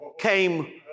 came